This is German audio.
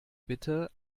bitte